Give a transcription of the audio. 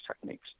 techniques